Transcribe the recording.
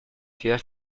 ciudad